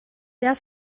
der